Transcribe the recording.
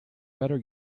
better